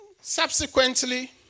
subsequently